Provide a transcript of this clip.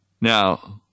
Now